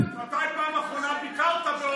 אני מקווה שאף אחד מהעמותות לא חבר שלך.